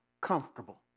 comfortable